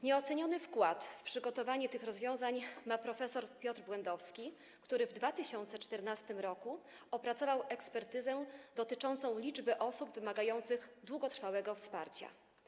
Nieoceniony wkład w przygotowanie tych rozwiązań ma prof. Piotr Błędowski, który w 2014 r. opracował ekspertyzę dotyczącą liczby osób wymagających długotrwałego wsparcia.